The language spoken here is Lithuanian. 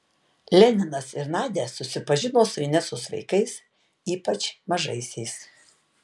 leninas ir nadia susipažino su inesos vaikais ypač mažaisiais